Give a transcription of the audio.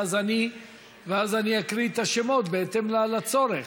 ואז אני אקריא את השמות בהתאם לצורך.